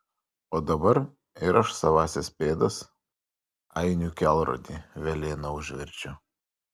o dabar ir aš savąsias pėdas ainių kelrodį velėna užverčiu